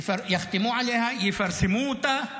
יחתמו עליה, יפרסמו אותה,